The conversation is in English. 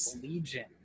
Legion